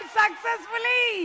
successfully